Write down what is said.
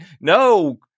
no